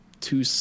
two